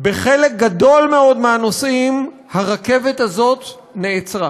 בחלק גדול מאוד מהנושאים הרכבת הזאת נעצרה